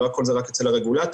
לא הכול רק אצל הרגולטור,